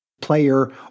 player